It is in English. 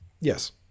Yes